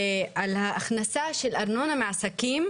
על ההכנסה של ארנונה מעסקים,